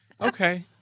okay